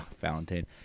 Valentine